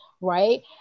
right